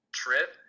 trip